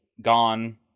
gone